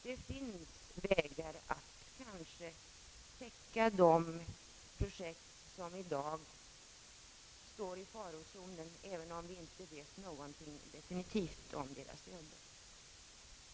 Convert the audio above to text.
Det finns kanske utvägar för att täcka kostnaderna för de projekt som i dag står i farozonen, även om vi inte vet något definitivt om deras öden.